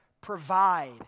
provide